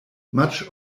much